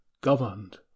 governed